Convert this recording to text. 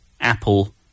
apple